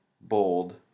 bold